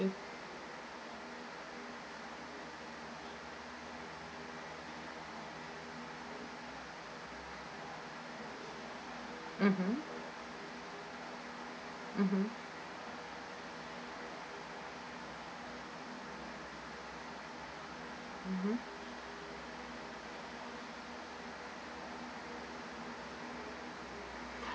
mmhmm mmhmm mmhmm